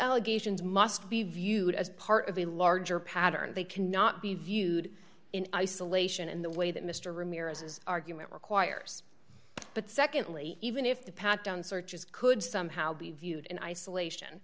allegations must be viewed as part of a larger pattern they cannot be viewed in isolation in the way that mr ramirez's argument requires but secondly even if the pat down searches could somehow be viewed in isolation